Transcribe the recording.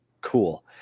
cool